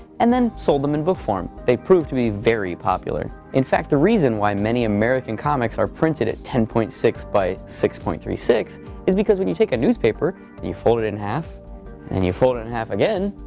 and then sold them in book form. they proved to be very popular. in fact, the reason why many american comics are printed at ten point six by six point three six is because when you take a newspaper and you fold it in half and you fold in and half again,